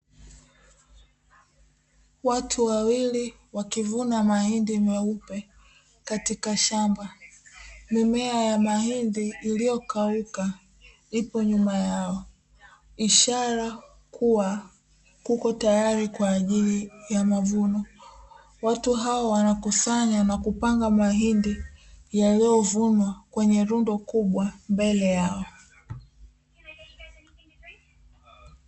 Watu wawili wakivuna mahindi meupe katika shamba, mimea ya mahindi iliyokauka ipo nyuma yao, ishara kuwa kuko tayari kwa ajili ya mavuno. Watu hao wanakusanya na kupanga mahindi yaliyovunwa kwenye rundo kubwa mbele yao.